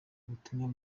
ubutumwa